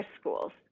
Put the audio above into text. schools